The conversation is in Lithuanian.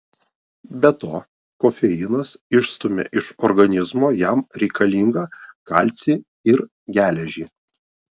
be to kofeinas išstumia iš organizmo jam reikalingą kalcį ir geležį